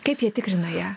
kaip jie tikrina ją